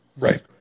Right